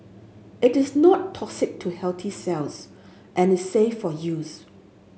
it is not toxic to healthy cells and is safe for use